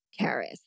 Karis